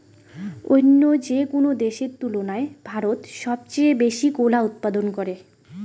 অইন্য যেকোনো দেশের তুলনায় ভারত সবচেয়ে বেশি কলা উৎপাদন করে